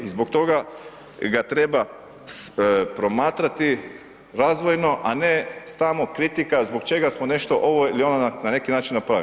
I zbog toga ga treba promatrati razvodno, a ne samo kritika zbog čega smo nešto ovo ili ono na neki način napravili.